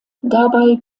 dabei